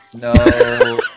No